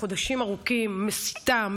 חודשים ארוכים מסיתה,